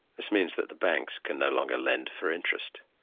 this means that the banks can no longer lend for interest,